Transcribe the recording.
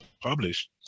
published